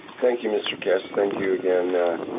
thank you mr keshe. thank you again. a